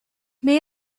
may